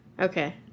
Okay